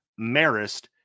Marist